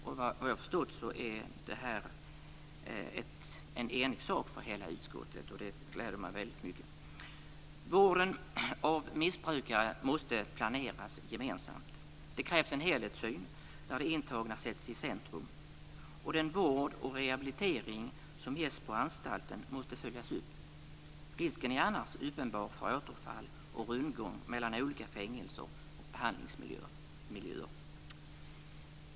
Såvitt jag förstår är det här en ensak för hela utskottet, och det gläder mig väldigt mycket. Vården av missbrukare måste planeras gemensamt. Det krävs en helhetssyn där de intagna sätts i centrum. Och den vård och rehabilitering som ges på anstalten måste följas upp. Risken är annars uppenbar för återfall och rundgång mellan olika fängelser och behandlingsmiljöer.